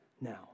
now